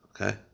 Okay